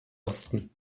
osten